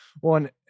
One